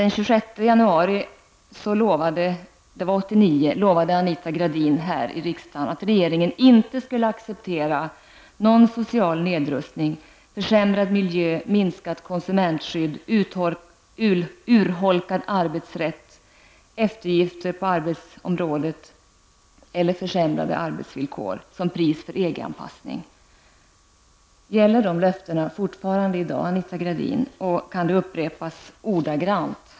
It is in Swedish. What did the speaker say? Den 26 januari 1989 lovade Anita Gradin här i riksdagen att regeringen ''inte skulle acceptera någon social nedrustning, försämrad miljö, minskat konsumentskydd, urholkad arbetsrätt, eftergifter på arbetsområdet eller försämrade arbetsvillkor'' som pris för EG-anpassningen. Gäller dessa löften fortfarande, Anita Gradin? Kan de upprepas ordagrant?